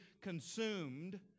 consumed